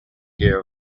care